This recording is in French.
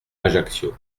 ajaccio